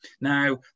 Now